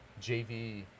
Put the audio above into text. JV